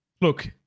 look